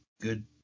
good